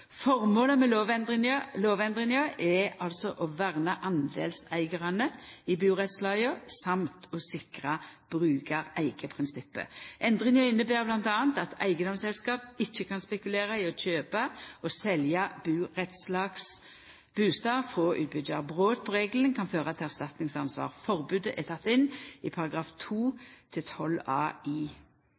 Formålet med lovendringa er å verna deleigarane i burettslaga og å sikra brukareigeprinsippet. Endringa inneber m.a. at eigedomsselskap ikkje kan spekulera i å kjøpa og selja burettslagsbustad frå utbyggjarar. Brot på regelen kan føra til erstatningsansvar. Forbodet er teke inn i § 2-12a i burettslagslova. Lat meg konkludera med å seia: Ytterlegare lovendring kan neppe hindra at enkeltpersonar i